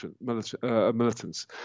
militants